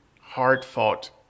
hard-fought